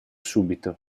subito